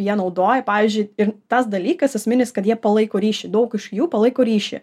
jie naudoja pavyzdžiui ir tas dalykas esminis kad jie palaiko ryšį daug iš jų palaiko ryšį